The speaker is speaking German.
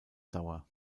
dauer